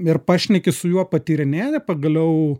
ir pašneki su juo patyrinėji pagaliau